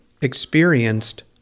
experienced